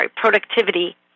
productivity